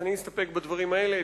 אז אני אסתפק בדברים האלה.